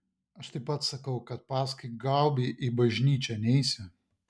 aš taip pat sakau kad paskui gaubį į bažnyčią neisiu